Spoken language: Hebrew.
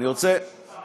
בזה אתה מכפיש אותנו.